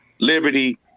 Liberty